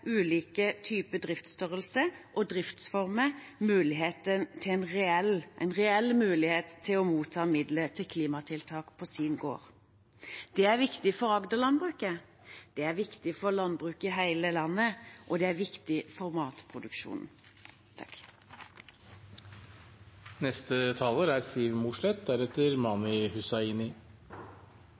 typer driftsstørrelser og driftsformer en reell mulighet til å motta midler til klimatiltak på sin gård. Det er viktig for Agder-landbruket, det er viktig for landbruk i hele landet, og det er viktig for matproduksjonen.